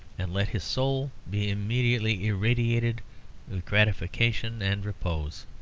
and let his soul be immediately irradiated with gratification and repose.